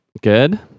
good